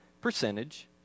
percentage